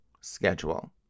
schedule